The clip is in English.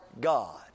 God